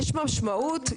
יש משמעות,